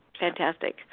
fantastic